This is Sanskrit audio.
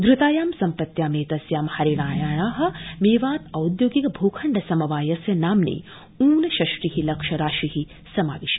धृतायां सम्पत्यां एतस्यां हरियाणाया मेवात औद्योगिक भूखण्ड समवायस्य नाम्नि ऊनषष्टि लक्ष राशि समाविष्ट